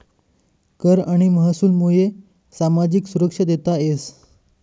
कर आणि महसूलमुये सामाजिक सुरक्षा देता येस